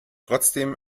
trotzdem